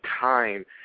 time